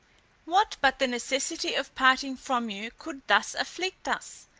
what but the necessity of parting from you could thus afflict us?